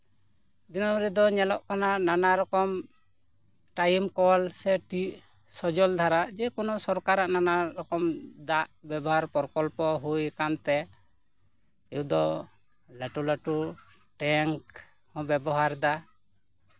ᱡᱩᱜᱽ ᱨᱮᱫᱚ ᱧᱮᱞᱚᱜ ᱠᱟᱱᱟ ᱱᱟᱱᱟᱨᱚᱠᱚᱢ ᱴᱟᱭᱤᱢ ᱠᱚᱞ ᱥᱮ ᱴᱤᱭᱩ ᱥᱚᱡᱚᱞ ᱫᱷᱟᱨᱟ ᱡᱮᱠᱳᱱᱳ ᱥᱚᱨᱠᱟᱨᱟᱜ ᱱᱟᱱᱟ ᱨᱚᱠᱚᱢ ᱫᱟᱜ ᱵᱮᱵᱚᱦᱟᱨ ᱯᱨᱚᱠᱞᱚᱯᱚ ᱦᱩᱭ ᱟᱠᱟᱱ ᱛᱮ ᱱᱤᱛᱳᱜ ᱫᱚ ᱞᱟᱹᱴᱩᱼᱞᱟᱹᱴᱩ ᱴᱮᱝᱠ ᱦᱚᱸ ᱠᱚ ᱵᱮᱵᱚᱦᱟᱨ ᱮᱫᱟ